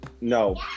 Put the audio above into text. No